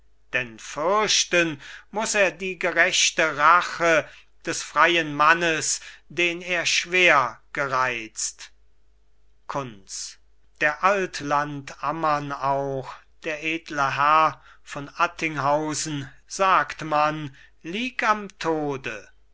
denn fürchten muss er die gerechte rache des freien mannes den er schwer gereizt kunz der altlandammann auch der edle herr von attinghausen sagt man lieg am tode